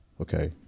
okay